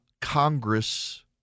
Congress